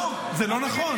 לא, זה לא נכון.